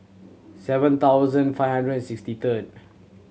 seven thousand five hundred and sixty third